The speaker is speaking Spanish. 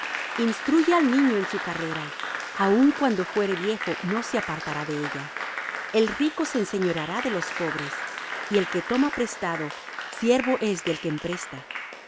instruye al niño en su carrera aun cuando fuere viejo no se apartará de ella el rico se enseñoreará de los pobres y el que toma prestado siervo es del que empresta